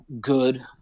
good